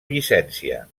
llicència